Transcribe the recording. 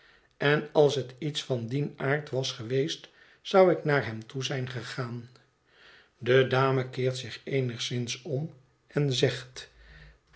en als het iets van dien aard was geweest zou ik naar hem toe zijn gegaan de dame keert zich eenigszins om en zegt